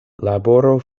laboro